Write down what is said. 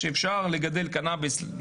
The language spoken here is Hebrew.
שאפשר לגדל קנאביס,